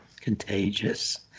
contagious